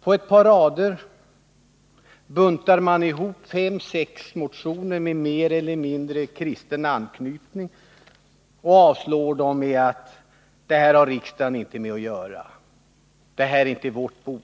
På ett par rader buntar man ihop fem sex motioner med mer eller mindre kristen anknytning och avstyrker dem med att det här har riksdagen inte med att göra, det är inte vårt bord.